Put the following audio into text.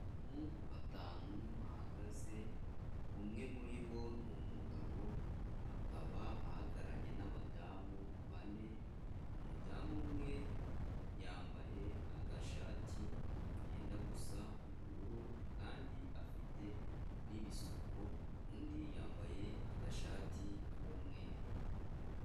Abantu batanu bahagaze umwe muri bo ni umugabo, akaba ahagararanye n'abadamu bane, umudamu umwe yambaye agashati kenda gusa ubururu kandi afite n'ibisuko, undi yambaye agashati k'umweru.